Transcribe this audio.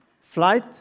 flight